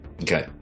Okay